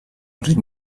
enric